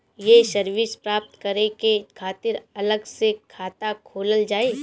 ये सर्विस प्राप्त करे के खातिर अलग से खाता खोलल जाइ?